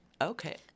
okay